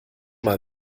mal